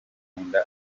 nkunda